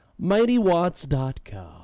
MightyWatts.com